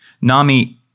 Nami